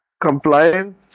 compliance